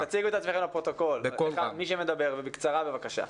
מי שמדבר שיציג עצמו לפרוטוקול, ובקצרה בבקשה.